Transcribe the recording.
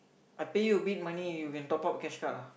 I pay you a bit money you can top up cash card lah